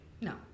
No